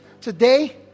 Today